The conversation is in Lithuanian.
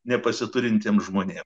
nepasiturintiems žmonėms